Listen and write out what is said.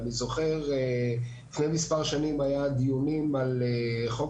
ואני זוכר שלפני מספר שנים היו דיונים על חוק